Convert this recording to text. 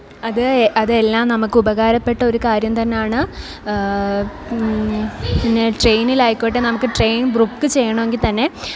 അത് അതെല്ലാം നമ്മൾക്ക് ഉപകാരപ്പെട്ട ഒരു കാര്യം തന്നെയാണ് പിന്നെ ട്രെയിനിൽ ആയിക്കോട്ടെ നമ്മൾക്ക് ട്രെയിന് ബ്രുക്ക് ചെയ്യണമെങ്കിൽ തന്നെ